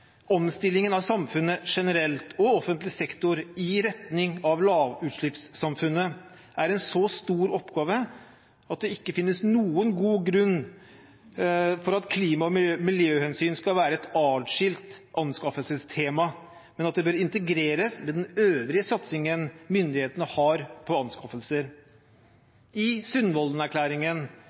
Omstillingen av samfunnet generelt og offentlig sektor i retning av lavutslippssamfunnet er en så stor oppgave at det ikke finnes noen god grunn til at klima- og miljøhensyn skal være et adskilt anskaffelsestema, men at det bør integreres med den øvrige satsingen myndighetene har på anskaffelser. I